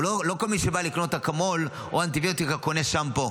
לא כל מי שבא לקנות אקמול או אנטיביוטיקה קונה שמפו.